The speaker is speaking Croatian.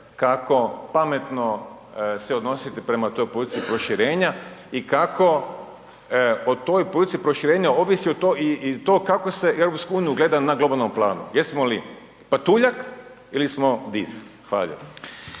kako pametno se odnositi prema toj politici proširenja i kako o toj politici proširenja ovisi i to kako se EU gleda na globalnom planu jesmo li patuljak ili smo div? Hvala